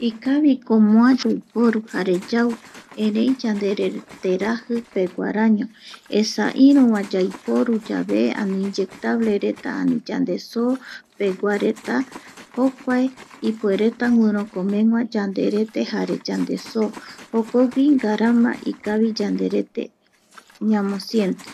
Ikaviko moa yaiporu jare yau, erei yanderete raji peguaraño, esa iruva yaiporuyave, ani inyectablereta ,ani yande sopeguareta jokuae ipuereta guirokomegua yande soo jokogui ngaraama ikavi yanderete ñamosiente